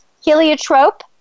heliotrope